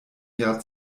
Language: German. jahr